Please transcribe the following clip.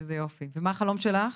איזה יופי ומה החלום שלך?